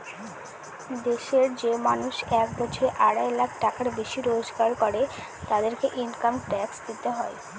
দেশের যে মানুষ এক বছরে আড়াই লাখ টাকার বেশি রোজগার করে, তাদেরকে ইনকাম ট্যাক্স দিতে হয়